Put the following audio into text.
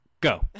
go